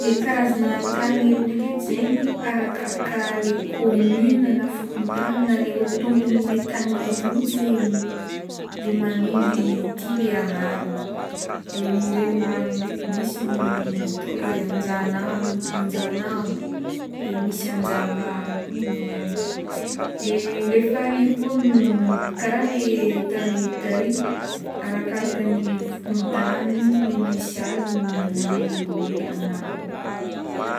Le karazagna tanety ndraiky edy zegny arakaraka le commune na fokontany na le olo tompo le tanety mintsy le manindry ty le agnarany de ny reny rano ndraiky misy ny atao hoe anja-Anjanambo de misy Anjamalo koa aminay agny de le fary koa kara le tanety tary arakaraka ny fokontany le misy azy no manondro le angarana.